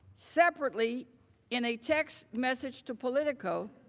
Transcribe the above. separately in a text message to politico,